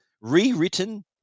rewritten